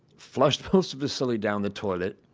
flush most of his cellie down the toilet,